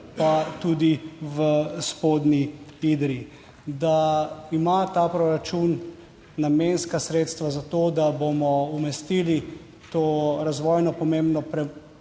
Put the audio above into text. pa tudi v Spodnji Idriji, da ima ta proračun namenska sredstva za to, da bomo umestili to razvojno pomembno prometnico